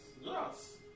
yes